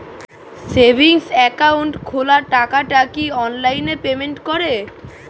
Savings account খোলা টাকাটা কি অনলাইনে পেমেন্ট করে?